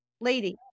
lady